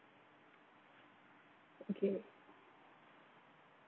okay